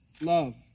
love